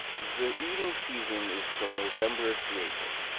the eating season is from november to april.